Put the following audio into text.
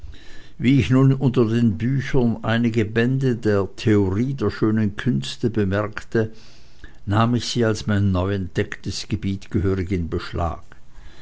wie ich nun unter den büchern einige bände der theorie der schönen künste bemerkte nahm ich sie als in mein neuentdecktes gebiet gehörig in beschlag